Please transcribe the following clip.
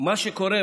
מה שקורה,